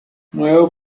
nuevo